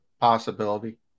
Possibility